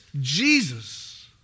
Jesus